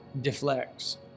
deflects